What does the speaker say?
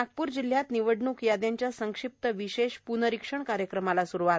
नागप्र जिल्ह्यात निवडणूक याद्यांच्या संक्षिप्त विशेष प्नर्निरीक्षण कार्यक्रमाला स्रुवात